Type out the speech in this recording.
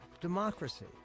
democracy